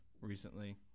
recently